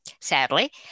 Sadly